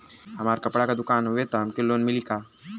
हमार कपड़ा क दुकान हउवे त हमके लोन मिली का?